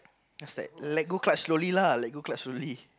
just like let go clutch slowly lah let go clutch slowly